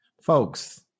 Folks